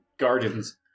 gardens